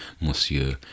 Monsieur